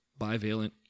bivalent